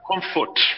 comfort